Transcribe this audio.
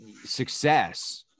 success